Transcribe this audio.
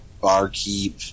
barkeep